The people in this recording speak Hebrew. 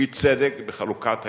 אי-צדק בחלוקת היש,